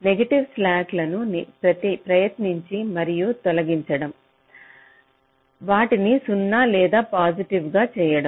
negative స్లాక్లను ప్రయత్నించి మరియు తొలగించడం వాటిని 0 లేదా పాజిటివ్గా చేయండి